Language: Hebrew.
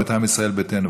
מטעם ישראל ביתנו,